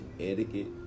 etiquette